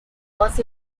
was